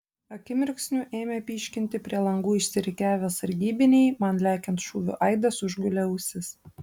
akimirksniu ėmė pyškinti prie langų išsirikiavę sargybiniai man lekiant šūvių aidas užgulė ausis